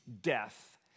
death